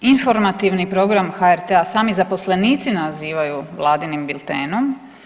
Informativni program HRT-a sami zaposlenici nazivaju Vladinim biltenom.